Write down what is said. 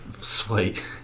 Sweet